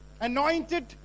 anointed